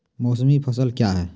मौसमी फसल क्या हैं?